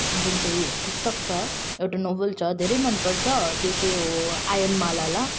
जुन चाहिँ पुस्तक छ एउटा नोभल छ धेरै मनपर्छ त्यो चाहिँ हो आई एम मलाला